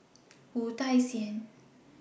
Wu Tsai Yen